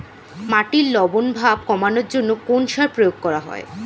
মাটির লবণ ভাব কমানোর জন্য কোন সার প্রয়োগ করা হয়?